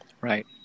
Right